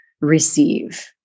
receive